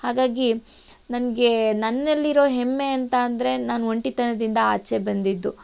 ಹಾಗಾಗಿ ನನಗೆ ನನ್ನಲ್ಲಿರೊ ಹೆಮ್ಮೆ ಅಂತ ಅಂದರೆ ನಾನು ಒಂಟಿತನದಿಂದ ಆಚೆ ಬಂದಿದ್ದು